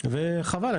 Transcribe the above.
וחבל,